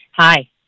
Hi